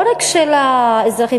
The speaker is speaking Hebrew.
לא רק של האזרחים,